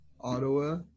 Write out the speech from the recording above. Ottawa